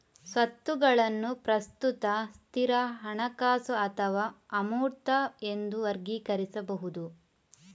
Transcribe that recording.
ಸ್ವತ್ತುಗಳನ್ನು ಪ್ರಸ್ತುತ, ಸ್ಥಿರ, ಹಣಕಾಸು ಅಥವಾ ಅಮೂರ್ತ ಎಂದು ವರ್ಗೀಕರಿಸಬಹುದು